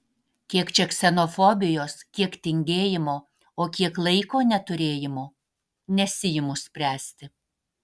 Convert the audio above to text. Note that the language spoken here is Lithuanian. kiek čia ksenofobijos kiek tingėjimo o kiek laiko neturėjimo nesiimu spręsti